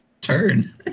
turn